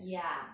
ya